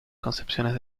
concepciones